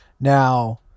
Now